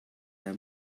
her